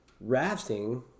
rafting